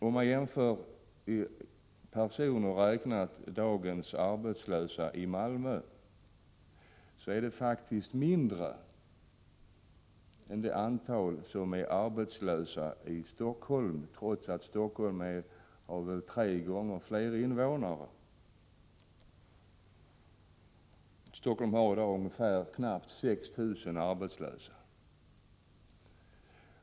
Om man jämför antalet arbetslösa i dag i Malmö med antalet arbetslösa i Helsingfors, finner man att det faktiskt är färre arbetslösa i Helsingfors trots att Helsingfors har tre gånger så många invånare. Helsingfors hari dag knappt 6 000 arbetslösa.